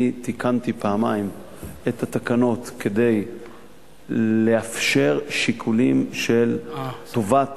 אני תיקנתי פעמיים את התקנות כדי לאפשר שיקולים של טובת